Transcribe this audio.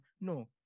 No